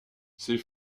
ses